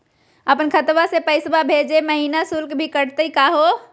अपन खतवा से पैसवा भेजै महिना शुल्क भी कटतही का हो?